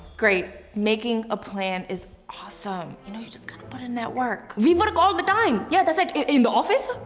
great. making a plan is awesome. you know you just gotta kind of put in that work. we work all the time! yeah that's right. in the office.